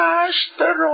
Master